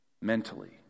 mentally